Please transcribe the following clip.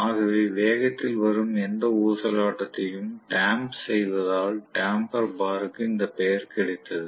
ஆகவே வேகத்தில் வரும் எந்த ஊசலாட்டத்தையும் டாம்ப் செய்வதால் டம்பர் பார்க்கு அந்த பெயர் கிடைத்தது